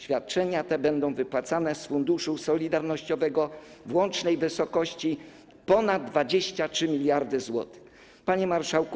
Świadczenia te będą wypłacane z Funduszu Solidarnościowego w łącznej wysokości ponad 23 mld zł. Panie Marszałku!